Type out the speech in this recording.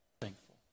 thankful